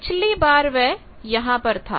पिछली बार वह यहां पर था